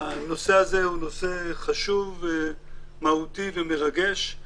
הנושא הזה הוא נושא חשוב, מהותי ומרגש.